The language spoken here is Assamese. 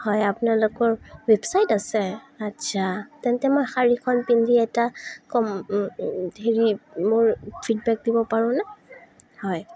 হয় আপোনালোকৰ ৱেবছাইট আছে আচ্ছা তেন্তে মই শাড়ীখন পিন্ধি এটা কম হেৰি মোৰ ফিডবেক দিব পাৰোঁ ন হয়